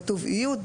כתוב איות,